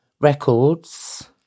records